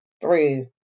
three